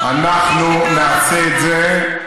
אנחנו נעשה את זה,